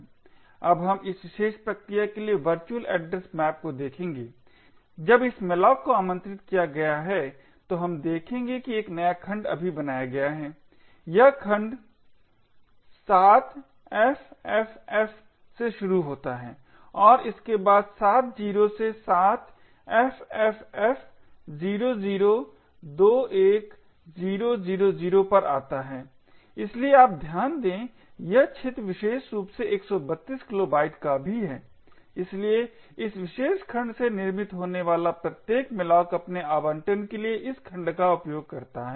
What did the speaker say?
अब हम इस विशेष प्रक्रिया के लिए वर्चुअल एड्रेस मैप को देखेंगे जब इस malloc को आमंत्रित किया गया है तो हम देखेंगे कि एक नया खंड अभी बनाया गया है यह खंड 7ffff से शुरू होता है और इसके बाद 7 जीरो से 7 ffff0021000 पर आता है इसलिए आप ध्यान दें यह क्षेत्र विशेष रूप से 132 किलोबाइट का भी है इसलिए इस विशेष खंड से निर्मित होने वाला प्रत्येक malloc अपने आवंटन के लिए इस खंड का उपयोग करता है